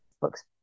books